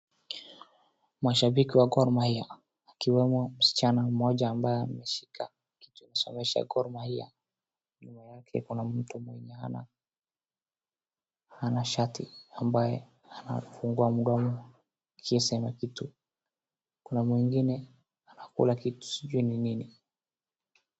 Mashabiki wa Gor Mahia, akiwemo msichana ameshika kitu inasomesha Gor Mahia, nyuma yake kuna mtu mwenye hana shati ambaye anafungua mdomo akisema kitu, kuna mwingine anakula kitu sijui ni nini.